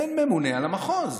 אין ממונה על המחוז.